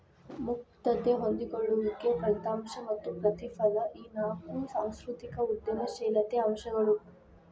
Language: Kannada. ಮುಕ್ತತೆ ಹೊಂದಿಕೊಳ್ಳುವಿಕೆ ಫಲಿತಾಂಶ ಮತ್ತ ಪ್ರತಿಫಲ ಈ ನಾಕು ಸಾಂಸ್ಕೃತಿಕ ಉದ್ಯಮಶೇಲತೆ ಅಂಶಗಳು